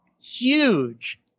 huge